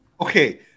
Okay